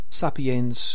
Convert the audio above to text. sapiens